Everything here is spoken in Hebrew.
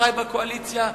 חברי בקואליציה,